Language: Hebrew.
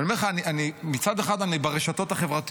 אבל אני אומר לך, מצד אחד אני ברשתות החברתיות,